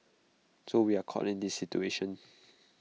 so we are caught in this situation